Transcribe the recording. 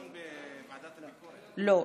לא.